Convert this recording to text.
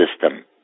system